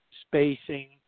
spacing